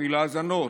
מפעיל האזנות,